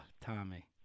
Tommy